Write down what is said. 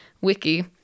wiki